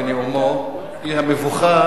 בנאומו הוא המבוכה